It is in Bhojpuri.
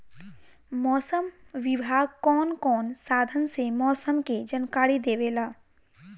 मौसम विभाग कौन कौने साधन से मोसम के जानकारी देवेला?